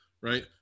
right